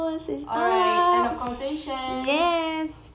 alright end of conversation